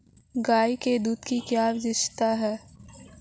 गाय के दूध की क्या विशेषता है?